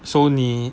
so 你